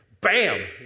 bam